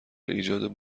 ایجاد